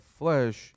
flesh